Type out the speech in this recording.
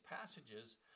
passages